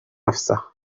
نفسه